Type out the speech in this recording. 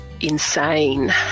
insane